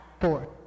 four